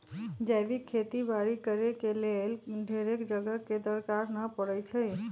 जैविक खेती बाड़ी करेके लेल ढेरेक जगह के दरकार न पड़इ छइ